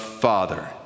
Father